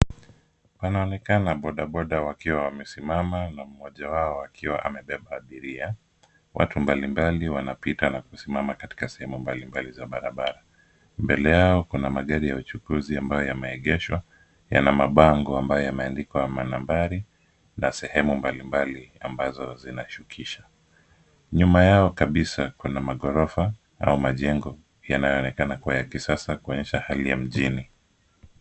Panaonekana bodaboda wakiwa wamesimama na mmoja wao akiwa amebeba abiria. Watu mbalimbali wanapita na kusimama katika sehemu mbalimbali za barabara. Mbele yao kuna magari ya uchukuzi ambayo yameegeshwa. Yana mabango ambayo yameandikwa manambari na sehemu mbalimbali ambazo zinashukisha. Nyuma yao kabisa kuna maghorofa au majengo yanayoonekana kuwa ya kisasa kuonyesha hali ya mjini.